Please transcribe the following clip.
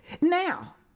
Now